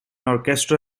orchestra